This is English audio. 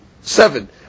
seven